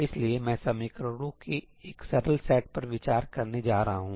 इसलिए मैं समीकरणों के एक सरल सेट पर विचार करने जा रहा हूं